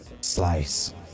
Slice